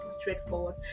straightforward